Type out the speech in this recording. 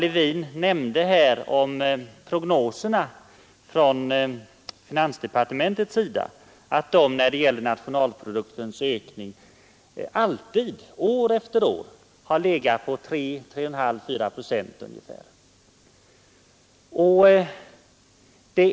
Levin nämnde här att finansdepartementets prognoser när det gäller nationalproduktens ökning år efter år har legat på en jämn nivå av 3-4 procent.